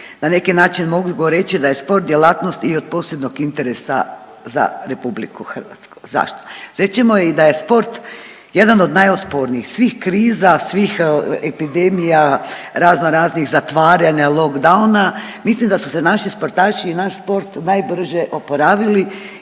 na neki način mogu reći da je sport djelatnost i od posebnog interesa za RH. Zašto? Reći ćemo i da je sport jedan od najotpornijih svih kriza, svih epidemija, razno raznih zatvaranja, lockdowna, mislim da su se naši sportaši i naš sport najbrže oporavili